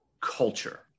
culture